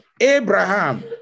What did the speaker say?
Abraham